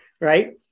Right